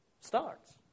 starts